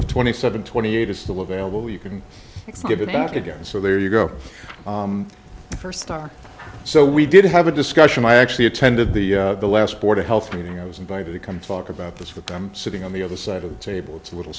so twenty seven twenty eight is still available you can give it back again so there you go first star so we did have a discussion i actually attended the the last board of health meeting i was invited to come pluck about this with them sitting on the other side of the table it's a little